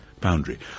boundary